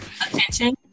attention